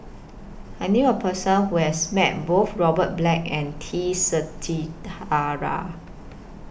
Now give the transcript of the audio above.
I knew A Person Who has Met Both Robert Black and T Sasitharan